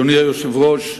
אדוני היושב-ראש,